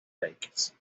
jacques